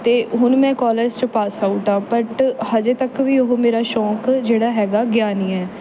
ਅਤੇ ਹੁਣ ਮੈਂ ਕੋਲਜ 'ਚ ਪਾਸ ਆਊਟ ਹਾਂ ਬੱਟ ਹਜੇ ਤੱਕ ਵੀ ਉਹ ਮੇਰਾ ਸ਼ੌਂਕ ਜਿਹੜਾ ਹੈਗਾ ਗਿਆ ਨਹੀਂ ਹੈ